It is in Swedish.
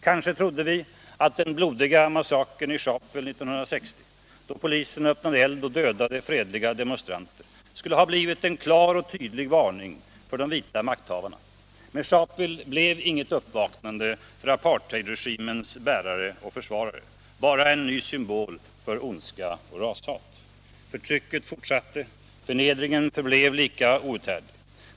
Kanske trodde vi att den blodiga massakern i Sharpeville 1960, då polisen öppnade eld mot och dödade fredliga demonstranter, skulle ha blivit en klar och tydlig varning för de vita makthavarna. Men Sharpeville blev inget uppvaknande för apartheidregimens bärare och försvarare, bara en ny symbol för ondska och rashat. Förtrycket fortsatte, förnedringen förblev lika outhärdlig.